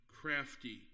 crafty